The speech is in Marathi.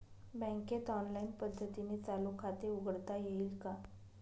बँकेत ऑनलाईन पद्धतीने चालू खाते उघडता येईल का?